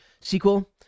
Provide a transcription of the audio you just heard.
sequel